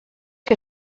que